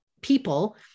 people